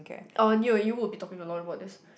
on you you will be talking a lot about this